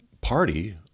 party